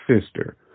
sister